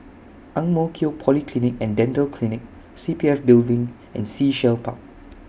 Ang Mo Kio Polyclinic and Dental Clinic C P F Building and Sea Shell Park